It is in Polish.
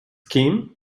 kim